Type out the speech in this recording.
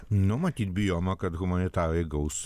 nu matyt bijoma kad humanitarai gaus